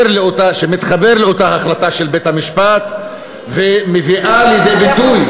לאותה החלטה של בית-המשפט ומביאה לידי ביטוי,